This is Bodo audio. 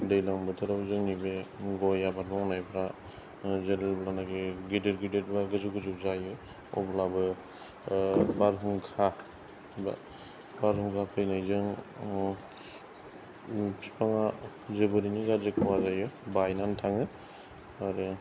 दैलां बोथोराव जोंनि बे गय आबाद मावनायफ्रा जेब्लानोखि गिदिर गिदिर बा गोजौ गोजौ जायो अब्लाबो बारहुंखा बा बारहुंखा फैनायजों बिफांआ जोबोरैनो गाज्रि खहा जायो बायनानै थाङो आरो